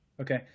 Okay